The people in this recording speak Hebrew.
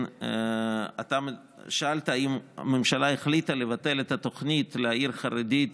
אתה שאלת אם הממשלה החליטה לבטל את התוכנית לעיר חרדית